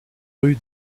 rue